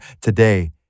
today